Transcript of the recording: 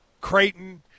Creighton